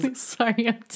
Sorry